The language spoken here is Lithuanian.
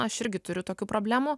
aš irgi turiu tokių problemų